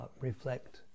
reflect